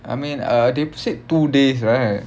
I mean uh they said two days right